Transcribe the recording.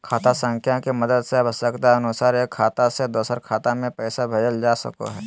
खाता संख्या के मदद से आवश्यकता अनुसार एक खाता से दोसर खाता मे पैसा भेजल जा सको हय